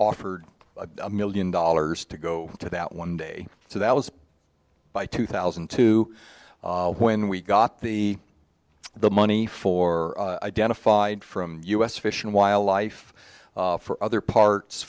offered a million dollars to go to that one day so that was by two thousand and two when we got the the money for identified from u s fish and wildlife for other parts